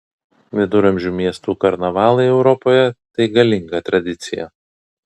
viduramžių miestų karnavalai europoje tai galinga tradicija